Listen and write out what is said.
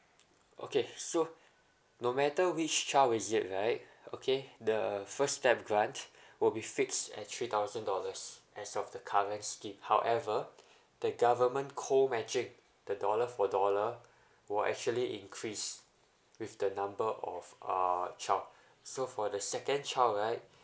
okay so no matter which child is it right okay the first step grant will be fixed at three thousand dollars as of the current scheme however the government co matching the dollar for dollar will actually increased with the number of uh child so for the second child right